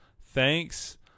thanks